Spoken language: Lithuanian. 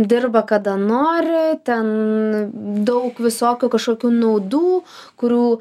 dirba kada nori ten daug visokių kažkokių naudų kurių